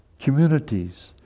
communities